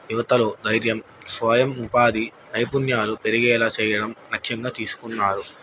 యువతలో ధైర్యం స్వయం ఉపాధి నైపుణ్యాలు పెరిగేలా చేయడం లక్ష్యంగా తీసుకున్నారు